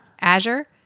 azure